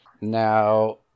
Now